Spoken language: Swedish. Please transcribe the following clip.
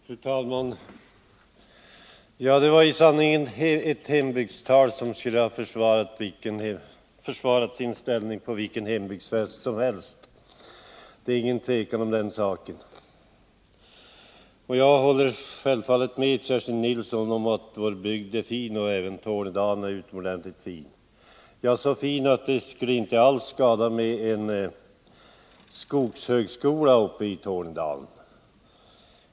Fru talman! Ja, detta var i sanning ett hembygdstal, som skulle ha försvarat sin ställning på vilken hembygdsfest som helst. Det råder inget tvivel om den saken. Jag håller självfallet med Kerstin Nilsson om att vår bygd är fin. Även Tornedalen är utomordentligt fin, ja så fin att det inte alls skulle skada med en skogshögskola där.